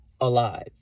alive